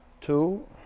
two